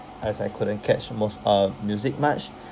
as I couldn't catch most um music much